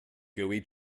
gooey